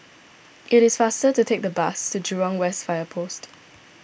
it is faster to take the bus to Jurong West Fire Post